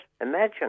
Imagine